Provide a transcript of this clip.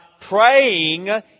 praying